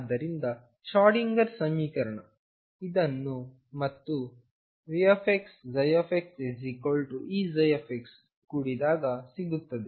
ಆದ್ದರಿಂದ ಶ್ರೋಡಿಂಗರ್ ಸಮೀಕರಣ ಇದನ್ನು ಮತ್ತುVxxEψ ಕೂಡಿದಾಗ ಸಿಗುತ್ತದೆ